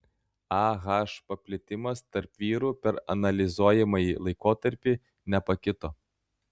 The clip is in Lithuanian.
ah paplitimas tarp vyrų per analizuojamąjį laikotarpį nepakito